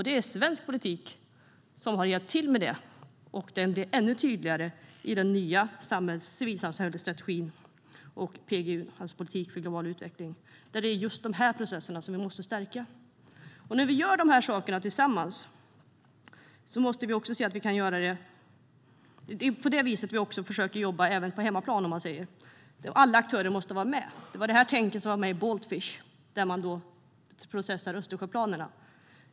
Det är svensk politik som har hjälpt till med detta, och den blir ännu tydligare i den nya civilsamhällesstrategin och PGU, politik för global utveckling, där det är just de här processerna som vi måste stärka. Vi måste göra dessa saker tillsammans, även på hemmaplan. Alla aktörer måste vara med. Det var så här man tänkte i Baltfish, där man processade Östersjöplanerna.